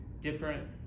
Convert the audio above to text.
different